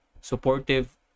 supportive